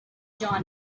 genre